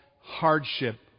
hardship